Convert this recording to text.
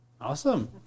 Awesome